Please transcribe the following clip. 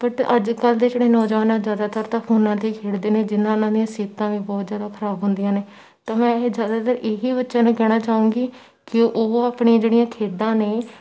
but ਅੱਜ ਕੱਲ੍ਹ ਦੇ ਜਿਹੜੇ ਨੌਜਵਾਨ ਆ ਜ਼ਿਆਦਾਤਰ ਤਾਂ ਫੋਨਾਂ 'ਤੇ ਖੇਡਦੇ ਨੇ ਜਿੰਨਾਂ ਨਾਲ ਉਹਨਾਂ ਦੀਆਂ ਸਿਹਤਾਂ ਵੀ ਬਹੁਤ ਜ਼ਿਆਦਾ ਖਰਾਬ ਹੁੰਦੀਆਂ ਨੇ ਤਾਂ ਹੁਣ ਇਹ ਜ਼ਿਆਦਾਤਰ ਇਹੀ ਬੱਚਿਆਂ ਨੂੰ ਕਹਿਣਾ ਚਾਹੂੰਗੀ ਕਿ ਉਹ ਆਪਣੀਆਂ ਜਿਹੜੀਆਂ ਖੇਡਾਂ ਨੇ